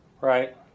Right